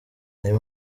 ayo